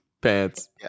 Pants